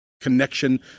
connection